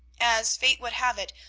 as fate would have it,